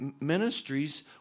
ministries